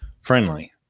friendly